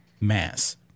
Mass